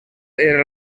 era